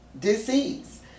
Disease